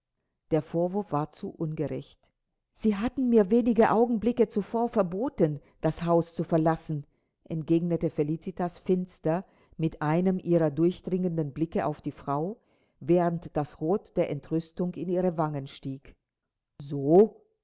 der vorwurf war zu ungerecht sie hatten mir wenige augenblicke zuvor verboten das haus zu verlassen entgegnete felicitas finster mit einem ihrer durchdringenden blicke auf die frau während das rot der entrüstung in ihre wangen stieg so